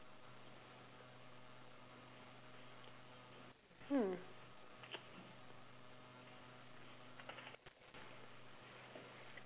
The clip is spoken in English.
hmm